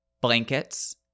blankets